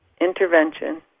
intervention